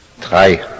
Drei